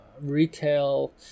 retail